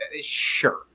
sure